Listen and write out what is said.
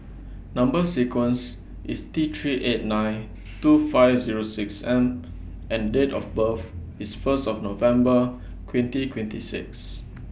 Number sequence IS T three eight nine two five Zero six M and Date of birth IS First of November twenty twenty six